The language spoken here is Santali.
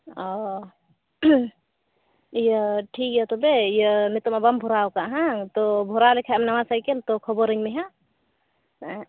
ᱚᱻ ᱤᱭᱟᱹ ᱴᱷᱤᱠ ᱜᱮᱭᱟ ᱛᱚᱵᱮ ᱤᱭᱟᱹ ᱱᱤᱛᱚᱜ ᱢᱟ ᱵᱟᱢ ᱵᱷᱚᱨᱟᱣ ᱟᱠᱟᱫ ᱵᱟᱝ ᱛᱚ ᱵᱷᱚᱨᱟᱣ ᱞᱮᱠᱷᱟᱱ ᱮᱢ ᱱᱟᱣᱟ ᱥᱟᱭᱠᱮᱞ ᱛᱚ ᱠᱷᱚᱵᱚᱨᱟᱹᱧ ᱢᱮ ᱦᱟᱸᱜ